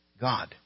God